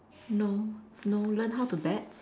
no no learn how to bat